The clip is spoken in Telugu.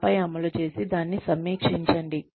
ఆపై అమలు చేసి దాన్ని సమీక్షించండి